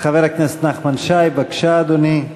חבר הכנסת נחמן שי, בבקשה, אדוני.